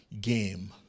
game